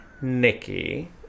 Nikki